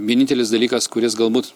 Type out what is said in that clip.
vienintelis dalykas kuris galbūt